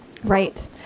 Right